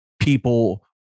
people